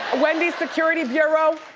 wendy's security bureau?